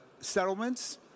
settlements